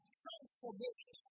transformation